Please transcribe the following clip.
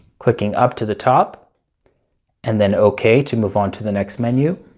clicking up to the top and then ok to move on to the next menu.